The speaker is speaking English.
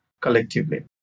collectively